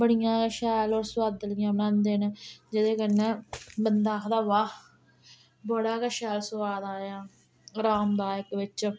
बड़ियां गै शैल होर सोआदलियां बनांदे न जेह्दे कन्नै बंदा आखदा वाह् बड़ा गै शैल सोआद आया अरामदायक बिच्च